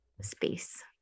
space